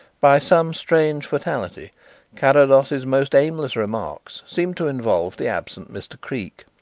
by some strange fatality carrados's most aimless remarks seemed to involve the absent mr. creake.